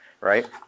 Right